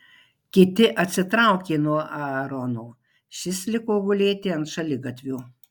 kiti atsitraukė nuo aarono šis liko gulėti ant šaligatvio